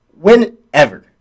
Whenever